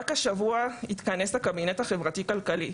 רק השבוע התכנס הקבינט החברתי כלכלי,